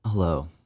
Hello